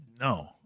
No